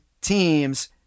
teams